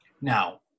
Now